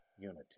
unity